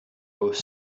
both